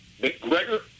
McGregor